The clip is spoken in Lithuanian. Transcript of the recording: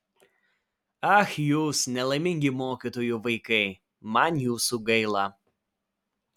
ach jūs nelaimingi mokytojų vaikai man jūsų gaila